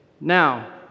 Now